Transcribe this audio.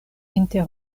inter